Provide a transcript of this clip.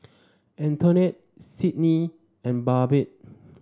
Antonette Sydnie and Babette